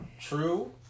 True